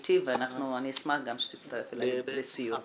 שהייתי ואני אשמח גם שתצטרף אליי לסיור.